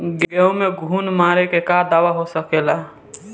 गेहूँ में घुन मारे के का दवा हो सकेला?